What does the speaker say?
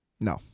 No